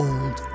Old